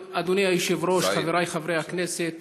אדוני היושב-ראש, חבריי חברי הכנסת,